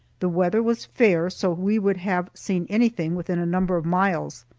the weather was fair, so we would have seen anything within a number of miles.